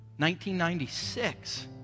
1996